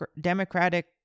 democratic